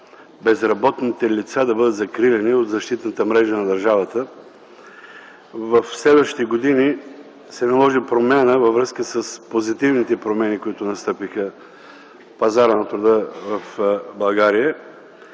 безработните лица да бъдат закриляни от защитната мрежа на държавата. В следващите години се наложи промяна във връзка с позитивните промени, които настъпиха на пазара на труда в България.